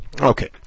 Okay